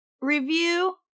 review